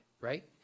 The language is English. right